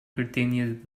continued